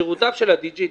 שירותיו של הדי-ג'יי.